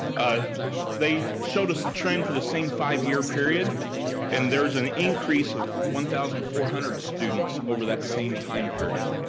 they showed us the trend for the same five-year period and there's an increase of one thousand four hundred students over that same time period.